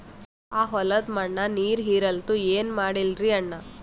ಆ ಹೊಲದ ಮಣ್ಣ ನೀರ್ ಹೀರಲ್ತು, ಏನ ಮಾಡಲಿರಿ ಅಣ್ಣಾ?